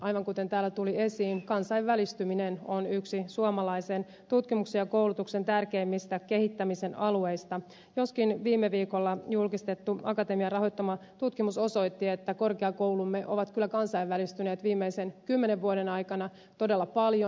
aivan kuten täällä tuli esiin kansainvälistyminen on yksi suomalaisen tutkimuksen ja koulutuksen tärkeimmistä kehittämisen alueista joskin viime viikolla julkistettu akatemian rahoittama tutkimus osoitti että korkeakoulumme ovat kyllä kansainvälistyneet viimeisen kymmenen vuoden aikana todella paljon